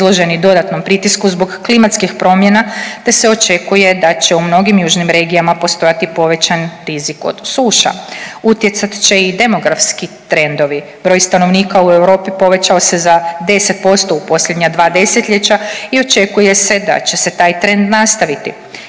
izloženi dodatnom pritisku zbog klimatskih promjena, te se očekuje da će u mnogim južnim regijama postojati povećan rizik od suša, utjecat će i demografski trendovi, broj stanovnika u Europi povećao se za 10% u posljednja dva 10-ljeća i očekuje se da će se taj trend nastaviti.